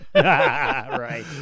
Right